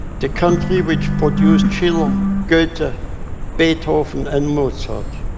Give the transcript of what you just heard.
the country which produced schiller, goethe, beethoven, and mozart?